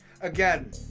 again